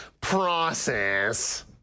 process